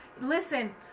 listen